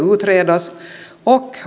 utredas och